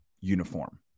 uniform